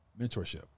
mentorship